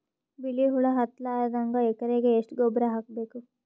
ಬಿಳಿ ಹುಳ ಹತ್ತಲಾರದಂಗ ಎಕರೆಗೆ ಎಷ್ಟು ಗೊಬ್ಬರ ಹಾಕ್ ಬೇಕು?